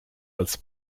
als